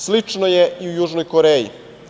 Slično je i u Južnoj Koreji.